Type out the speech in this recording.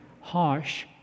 harsh